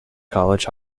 college